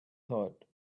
thought